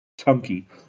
chunky